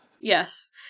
Yes